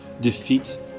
defeat